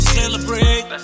celebrate